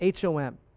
HOM